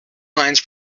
lines